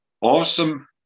awesome